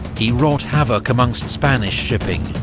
he wrought havoc amongst spanish shipping,